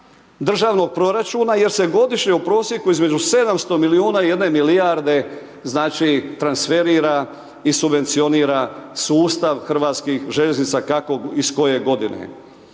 državnog proračuna jer se godišnje u prosijeku između 700 milijuna i jedne milijarde, znači, transferira i subvencionira sustav HŽ-a, kako iz koje godine.